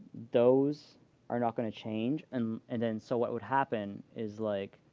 those are not going to change. and and then so what would happen is, like,